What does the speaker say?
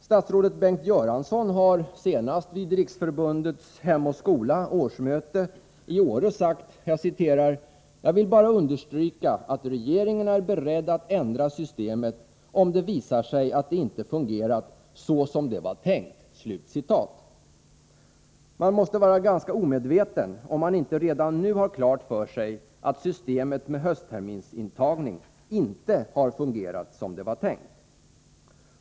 Statsrådet Bengt Göransson har senast vid Riksförbundets Hem och Skola årsmöte i Åre sagt: ”Jag vill bara understryka att regeringen är beredd att ändra systemet om det visar sig att det inte fungerat så som det var tänkt.” Man måste vara ganska omedveten om man inte redan nu har klart för sig att systemet med höstterminsintagning inte har fungerat som det var tänkt.